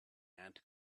ant